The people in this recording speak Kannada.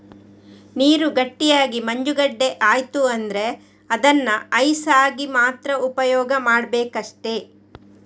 ನೀರು ಗಟ್ಟಿಯಾಗಿ ಮಂಜುಗಡ್ಡೆ ಆಯ್ತು ಅಂದ್ರೆ ಅದನ್ನ ಐಸ್ ಆಗಿ ಮಾತ್ರ ಉಪಯೋಗ ಮಾಡ್ಬೇಕಷ್ಟೆ